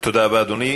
תודה רבה, אדוני.